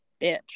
bitch